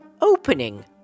opening